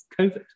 COVID